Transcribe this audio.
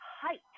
height